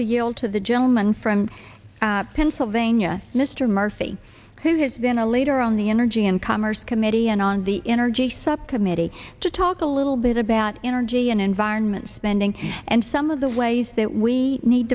yield to the gentleman from pennsylvania mr murphy who has been a later on the energy and commerce committee and on the energy subcommittee to talk a little bit about energy and environment spending and some of the ways that we need